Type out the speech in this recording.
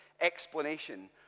explanation